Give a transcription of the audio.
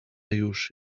już